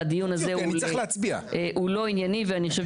והדיון הזה הוא לא ענייני ואני חושבת